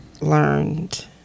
learned